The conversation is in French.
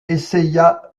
essaya